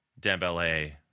Dembele